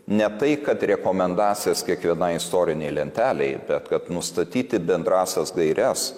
ne tai kad rekomendacijas kiekvienai istorinei lentelei bet kad nustatyti bendrąsias gaires